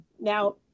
now